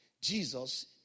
Jesus